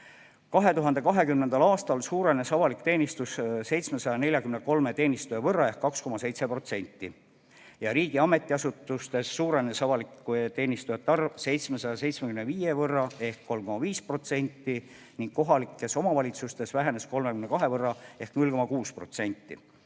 2020. aastal suurenes avalik teenistus 743 teenistuja võrra ehk 2,7%. Riigi ametiasutustes suurenes avalike teenistujate arv 775 võrra ehk 3,5% ning kohalikes omavalitsustes vähenes 32 võrra ehk 0,6%.